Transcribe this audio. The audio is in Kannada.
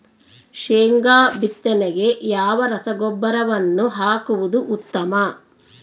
ಶೇಂಗಾ ಬಿತ್ತನೆಗೆ ಯಾವ ರಸಗೊಬ್ಬರವನ್ನು ಹಾಕುವುದು ಉತ್ತಮ?